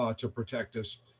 ah to protect us,